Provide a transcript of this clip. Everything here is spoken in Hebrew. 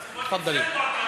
תפאדלי.